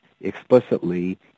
explicitly